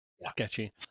sketchy